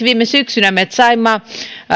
viime syksynä me saimme